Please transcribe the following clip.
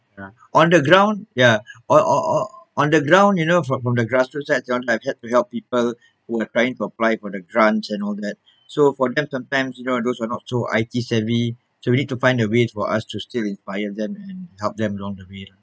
ya on the ground ya o~ o~ on the ground you know from from the grassroots side I've had to help people who are trying to apply for the grant and all so for them sometimes you know those are not so I_T savvy so we need to find a way for us to still inspire them and help them along the way lah